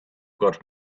got